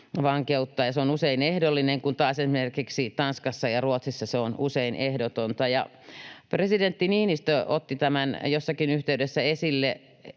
ja se on usein ehdollinen, kun taas esimerkiksi Tanskassa ja Ruotsissa se on usein ehdotonta. Presidentti Niinistö otti tämän jossakin yhteydessä esille,